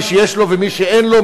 מי שיש לו ומי שאין לו,